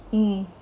mm